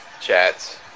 chats